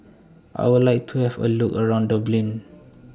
I Would like to Have A Look around Dublin